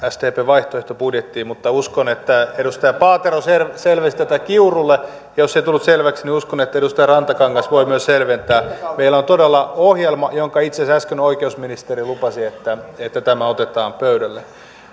sdpn vaihtoehtobudjettiin mutta uskon että edustaja paatero selvensi tätä kiurulle ja jos ei tullut selväksi niin uskon että edustaja rantakangas voi myös selventää meillä on todella ohjelma ja itse asiassa äsken oikeusministeri lupasi että että tämä otetaan pöydälle